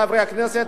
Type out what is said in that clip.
חברי הכנסת,